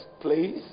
please